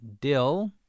Dill